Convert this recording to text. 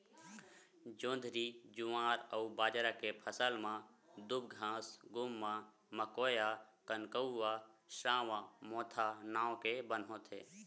जोंधरी, जुवार अउ बाजरा के फसल म दूबघास, गुम्मा, मकोया, कनकउवा, सावां, मोथा नांव के बन होथे